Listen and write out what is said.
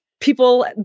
people